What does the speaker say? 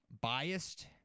biased